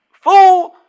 Fool